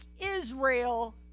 Israel